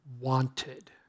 wanted